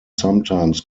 sometimes